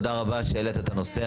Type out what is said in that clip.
תודה רבה שהעלית את הנושא,